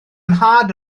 nhad